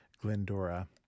Glendora